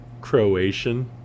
Croatian